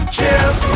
Cheers